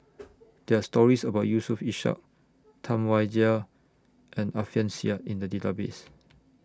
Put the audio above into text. There Are stories about Yusof Ishak Tam Wai Jia and Alfian Sa'at in The Database